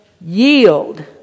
yield